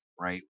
right